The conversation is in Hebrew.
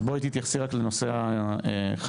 אז בואי תתייחסי רק לנושא החקיקה.